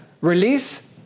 Release